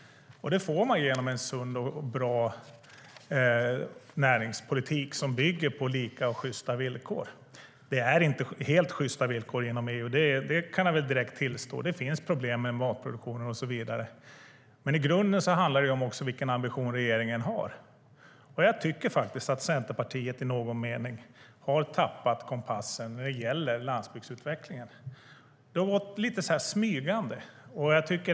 Det får man genom en sund och bra näringspolitik som bygger på lika och sjysta villkor. Det är inte helt sjysta villkor inom EU. Jag kan direkt tillstå att det finns problem med matproduktionen och så vidare. I grunden handlar det också om vilken ambition regeringen har. Jag tycker att Centerpartiet i någon mening har tappat kompassen när det gäller landsbygdsutvecklingen. Det har varit smygande.